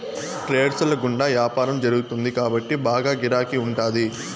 trades ల గుండా యాపారం జరుగుతుంది కాబట్టి బాగా గిరాకీ ఉంటాది